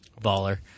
baller